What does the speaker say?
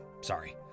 sorry